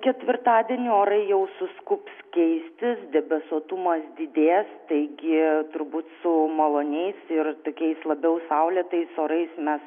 ketvirtadienį orai jau suskubs keistis debesuotumas didės taigi turbūt su maloniais ir tokiais labiau saulėtais orais mes